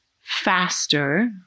faster